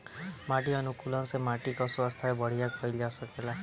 माटी अनुकूलक से माटी कअ स्वास्थ्य बढ़िया कइल जा सकेला